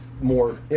more